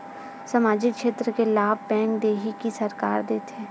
सामाजिक क्षेत्र के लाभ बैंक देही कि सरकार देथे?